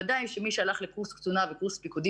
בוודאי מי שהלך לקורס קצינים וקורס פיקודי